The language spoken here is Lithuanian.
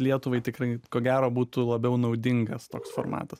lietuvai tikrai ko gero būtų labiau naudingas toks formatas